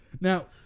Now